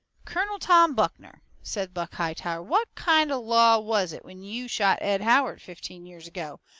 colonel tom buckner, says buck hightower, what kind of law was it when you shot ed howard fifteen years ago?